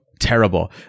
terrible